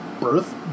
birth